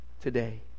today